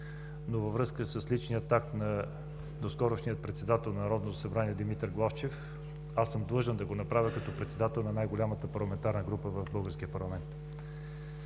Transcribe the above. но във връзка с личния акт на доскорошния председател на Народното събрание Димитър Главчев, аз съм длъжен да го направя като председател на най-голямата парламентарна група в българския парламент.